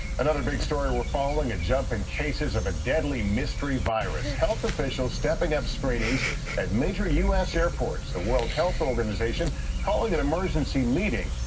another big story we're following, a judge in cases of a deadly mystery virus. health officials stepping up screenings at major u s. airports. the world health organization calling an emergency meeting,